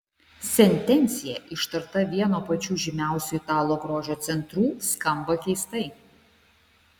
sentencija ištarta vieno pačių žymiausių italų grožio centrų skamba keistai